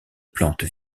plante